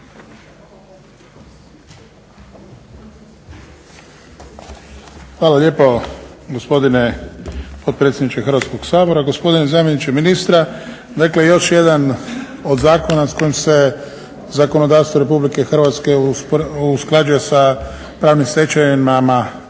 Hvala lijepo gospodine potpredsjedniče Hrvatskoga sabora, gospodine zamjeniče ministra. Dakle, još jedan od zakona s kojim se zakonodavstvo Republike Hrvatske usklađuje sa pravnim stečevinama